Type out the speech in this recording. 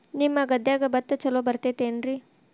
ನಿಮ್ಮ ಗದ್ಯಾಗ ಭತ್ತ ಛಲೋ ಬರ್ತೇತೇನ್ರಿ?